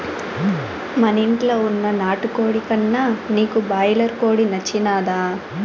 మనింట్ల వున్న నాటుకోడి కన్నా నీకు బాయిలర్ కోడి నచ్చినాదా